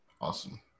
awesome